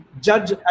judge